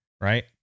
right